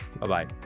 Bye-bye